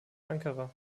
ankara